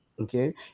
okay